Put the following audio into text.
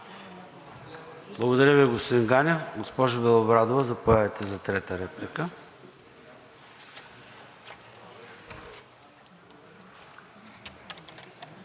Благодаря Ви, господин Ганев. Госпожо Белобрадова, заповядайте за трета реплика.